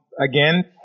again